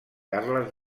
carles